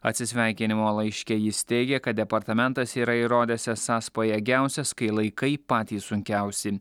atsisveikinimo laiške jis teigė kad departamentas yra įrodęs esąs pajėgiausias kai laikai patys sunkiausi